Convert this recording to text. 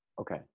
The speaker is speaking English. Okay